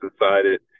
decided